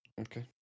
Okay